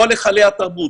כל היכלי התרבות.